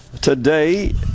today